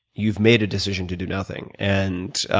you've made a decision to do nothing. and